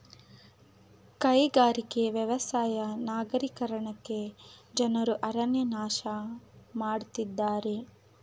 ಕೈಗಾರಿಕೆ, ವ್ಯವಸಾಯ ನಗರೀಕರಣಕ್ಕೆ ಜನರು ಅರಣ್ಯ ನಾಶ ಮಾಡತ್ತಿದ್ದಾರೆ